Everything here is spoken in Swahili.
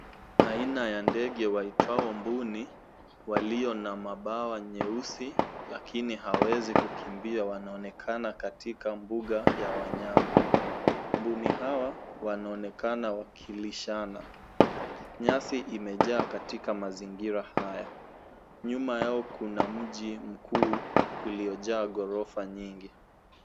Aina ya ndege waitwao mbuni walio na mabawa nyeusi lakini hawawezi kukimbia wanaonekana katika mbuga ya wanyama. Mbuni hawa wanaonekana wakilishana. Nyasi imejaa katika mazingira haya. Nyuma yao kuna mji mkuu uliojaa ghorofa nyingi.